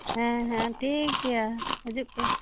ᱦᱮᱸ ᱦᱮᱸ ᱴᱷᱤᱠ ᱜᱮᱭᱟ ᱦᱤᱡᱩᱜ ᱯᱮ